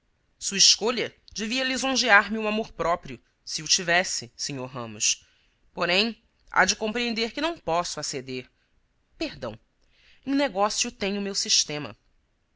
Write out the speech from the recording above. sua escolha devia lisonjear me o amor-próprio se o tivesse sr ramos porém há de compreender que não posso aceder perdão em negócio tenho o meu sistema